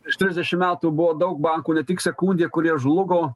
prieš trisdešim metų buvo daug bankų ne tik sekundė kurie žlugo